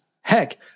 heck